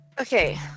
Okay